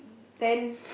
then